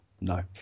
No